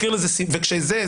כשזה קיים,